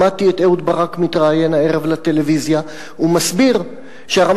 שמעתי את אהוד ברק מתראיין הערב לטלוויזיה ומסביר שהרמטכ"ל